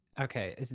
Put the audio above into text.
okay